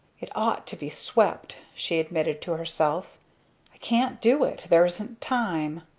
it ought to be swept, she admitted to herself i can't do it there isn't time.